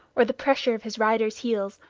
or the pressure of his rider's heels,